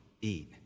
eat